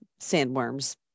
sandworms